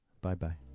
bye-bye